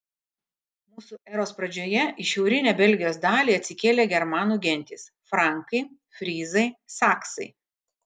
mūsų eros pradžioje į šiaurinę belgijos dalį atsikėlė germanų gentys frankai fryzai saksai